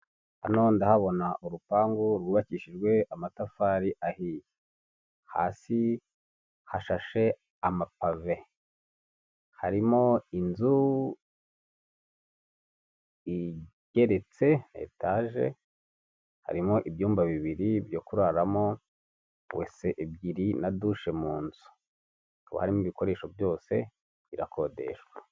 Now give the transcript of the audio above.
Hano ndahabona urupangu rwubakishijwe amatafari ahiye, hasi hashashe amapave, harimo inzu igeretse etaje, harimo ibyumba bibiri byo kuraramo, wese ebyiri na dushe mu nzu, hakaba harimo ibikoresho byose, irakodeshwa.